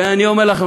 ואני אומר לכם,